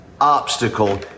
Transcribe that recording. obstacle